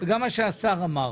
וגם מה שהשר אמר.